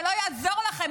ולא יעזור לכם,